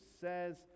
says